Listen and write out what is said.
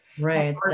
Right